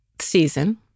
season